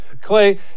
Clay